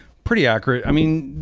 pretty accurate. i mean,